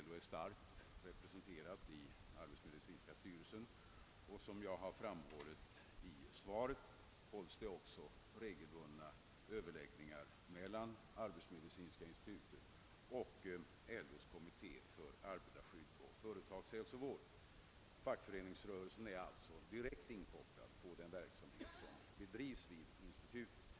LO är starkt representerad i dess styrelse, och det hålls — som jag har framhållit i svaret — regelbundna överläggningar mellan arbetsmedicinska institutet och LO:s kommitté för arbetarskydd och företagshälsovård. Fackföreningsrörelsen är alltså direkt inkopplad på det arbete som bedrivs vid institutet.